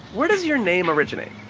where does your name originate?